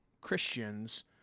Christians